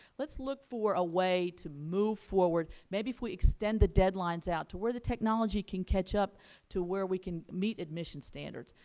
let's look for a way to move forward. maybe if we extend the deadlines out to where the technology can catch up to where we can meet admissions standards.